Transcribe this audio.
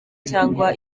cyangwa